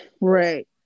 right